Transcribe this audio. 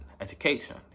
education